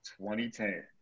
2010